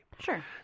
Sure